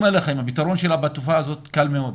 הפתרון בתופעה הזאת קל מאוד.